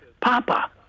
Papa